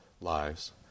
lives